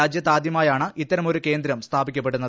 രാജ്യത്താദൃമായാണ് ഇത്തരമൊരു കേന്ദ്രം സ്ഥാപിക്കപ്പെടുന്നത്